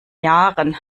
jahren